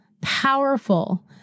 powerful